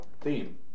theme